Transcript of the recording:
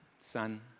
son